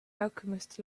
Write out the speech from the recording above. alchemist